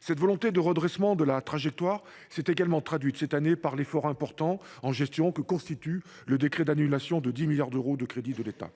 Cette volonté de redressement de la trajectoire s’est également traduite, cette année, par l’effort important, en cours de gestion, que constitue le décret d’annulation de 10 milliards d’euros de crédits de l’État.